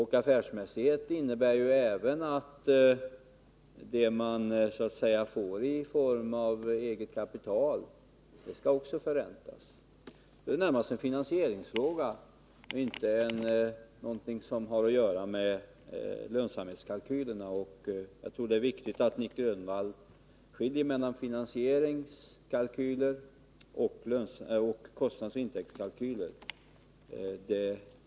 Affärsmässighet innebär ju även att det som tillskjutits i form av eget kapital också skall förräntas. Det här är närmast en finansieringsfråga, och inte någonting som har att göra med lönsamhetskalkyler. Jag tycker det finns anledning att påpeka att det är viktigt att Nic Grönvall skiljer mellan finansieringskalkyler och kostnadsoch intäktskalkyler.